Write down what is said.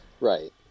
Right